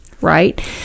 right